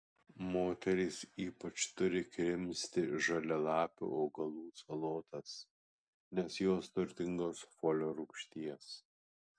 moterys ypač turi krimsti žalialapių augalų salotas nes jos turtingos folio rūgšties